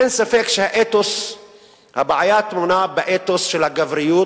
אין ספק שהבעיה טמונה באתוס של הגבריות